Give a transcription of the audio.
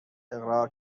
اقرار